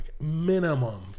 minimum